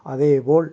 அதே போல்